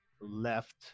left